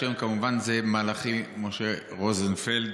השם כמובן זה מלאכי משה רוזנפלד,